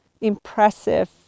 impressive